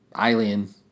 alien